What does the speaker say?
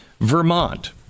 Vermont